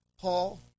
Paul